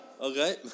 Okay